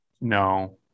No